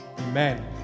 amen